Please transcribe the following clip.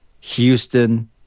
Houston